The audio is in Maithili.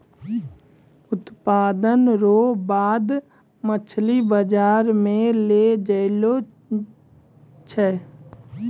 उत्पादन रो बाद मछली बाजार मे लै जैलो जाय छै